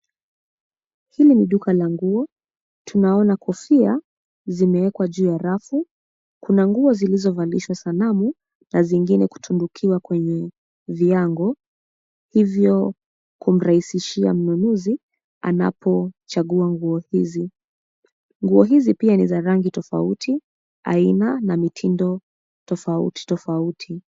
Hili ni duka la nguo, tunaona kofia zimewekwa juu ya rafu. Kuna nguo zilizovalishwa sanamu na zingine kutundukiwa kwenye viango hivyo kumrahisishia mnunuzi anapochagua nguo hizi. Nguo hizi pia ni za rangi tofauti, aina na mtindo tofauti, tofauti.